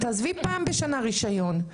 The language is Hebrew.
עזבו את הרישיון פעם בשנה,